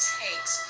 takes